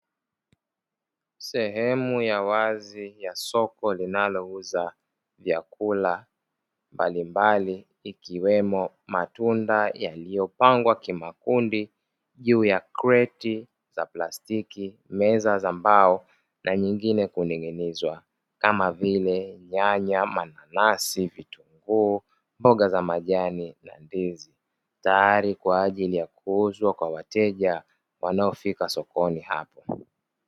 Sehemu ya wazi ya soko linalouza vyakula mbalimbali ikiwemo matunda yaliyopangwa kimakundi juu ya kreti za plastiki, meza za mbao na nyingine kuning'inizwa kama vile nyanya, mananasi, vitunguu, mboga za majani na ndizi, tayari kwa ajili ya kuuzwa kwa wateja wanaofika sokoni hapo.